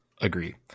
Agree